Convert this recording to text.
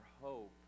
hope